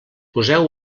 poseu